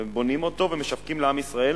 בונים אותו ומשווקים לעם ישראל,